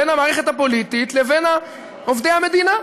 בין המערכת לבין עובדי המדינה.